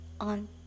on